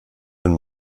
sind